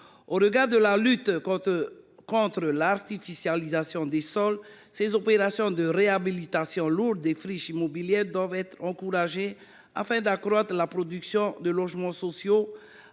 nécessités de la lutte contre l’artificialisation des sols, les opérations de réhabilitation lourde de friches immobilières doivent être encouragées afin de produire davantage de logements sociaux